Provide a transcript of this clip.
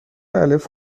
الف